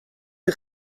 een